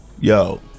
Yo